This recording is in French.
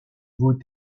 vos